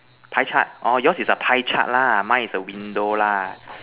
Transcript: pie chart orh your's is a pie chart lah mine is a window lah